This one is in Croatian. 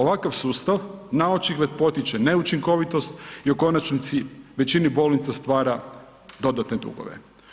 Ovakav sustav na očigled potiče neučinkovitost i u konačnici većini bolnica stvara dodatne dugove.